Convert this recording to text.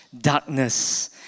darkness